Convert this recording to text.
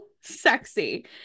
sexy